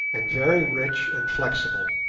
and very rich and flexible.